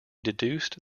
deducted